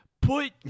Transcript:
Put